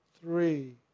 three